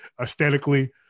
aesthetically